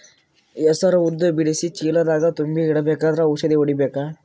ಹೆಸರು ಉದ್ದ ಬಿಡಿಸಿ ಚೀಲ ದಾಗ್ ತುಂಬಿ ಇಡ್ಬೇಕಾದ್ರ ಔಷದ ಹೊಡಿಬೇಕ?